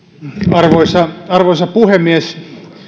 arvoisa arvoisa puhemies